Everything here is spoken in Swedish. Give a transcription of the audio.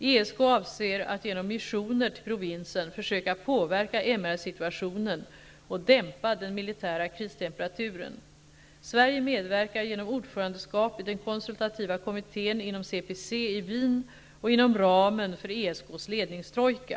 ESK avser att genom missioner till provinsen försöka påverka MR-situationen och dämpa den militära kristemperaturen. Sverige medverkar genom ordförandeskap i den konsultativa kommittén inom CPC i Wien och ramen för ESK:s ledningstrojka.